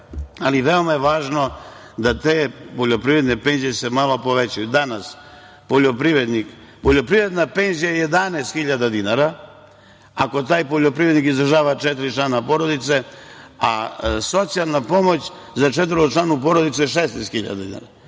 ali veoma je važno da te poljoprivredne penzije se malo povećaju danas. Poljoprivredna penzije je 11.000 dinara, ako taj poljoprivrednik izdržava četiri člana porodice, a socijalna pomoć za četvoročlanu porodicu je 16.000 dinara.